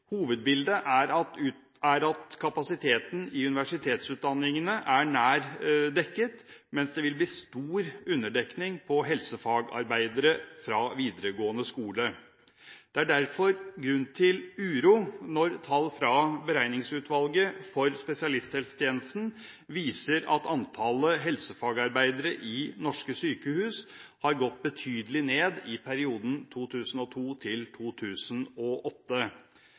Hovedbildet er at kapasiteten i universitetsutdanningene er nær dekket, mens det vil bli stor underdekning av helsefagarbeidere fra videregående skole. Det er derfor grunn til uro når tall fra Beregningsutvalget for spesialisthelsetjenesten viser at antallet helsefagarbeidere i norske sykehus har gått betydelig ned i perioden